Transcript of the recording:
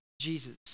Jesus